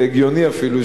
זה הגיוני אפילו,